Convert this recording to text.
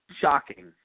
shocking